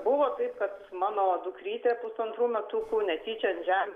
buvo taip kad mano dukrytė pusantrų metukų netyčia ant žem